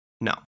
No